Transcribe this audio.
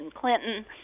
Clinton